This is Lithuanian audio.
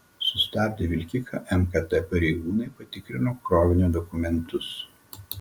sustabdę vilkiką mkt pareigūnai patikrino krovinio dokumentus